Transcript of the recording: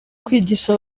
kwigisha